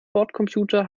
bordcomputer